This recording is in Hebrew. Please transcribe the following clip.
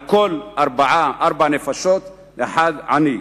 על כל ארבע נפשות יש אחד עני.